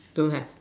don't have